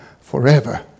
forever